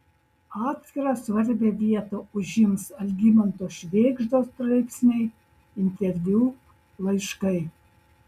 atskirą svarbią vietą užims algimanto švėgždos straipsniai interviu laiškai